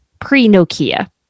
pre-Nokia